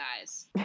guys